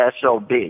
SOB